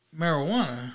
marijuana